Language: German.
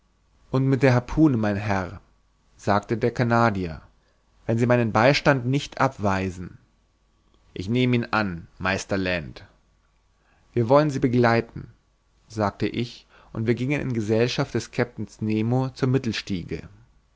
und mit der harpune mein herr sagte der canadier wenn sie meinen beistand nicht abweisen ich nehme ihn an meister land wir wollen sie begleiten sagte ich und wir gingen in gesellschaft des kapitäns nemo zur mittelstiege